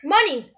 Money